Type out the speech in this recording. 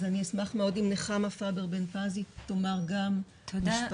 אשמח מאוד אם נחמה פבר בן פזי תאמר גם משפט.